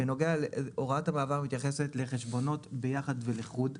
הוראת המעבר מתייחסת לחשבונות ביחד ולחוד.